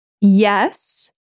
yes